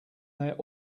their